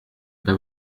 pas